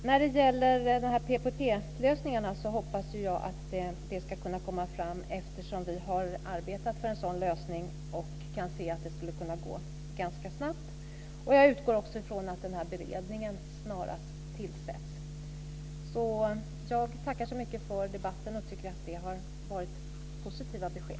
Jag hoppas att PPP-lösningarna ska kunna komma fram, eftersom vi har arbetat för det och kan se att det skulle kunna gå ganska snabbt. Jag utgår också ifrån att denna beredning snarast tillsätts. Jag tackar så mycket för debatten och tycker att vi har fått positiva besked.